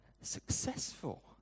successful